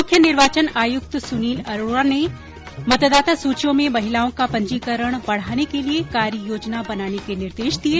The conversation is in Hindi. मुख्य निर्वाचन आयुक्त सुनील अरोडा ने मतदाता सूचियों में महिलाओं का पंजीकरण बढाने के लिये कार्य योजना बनाने के निर्देश दिये